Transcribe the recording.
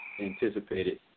anticipated